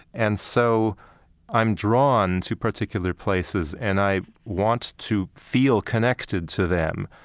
and so i'm drawn to particular places and i want to feel connected to them.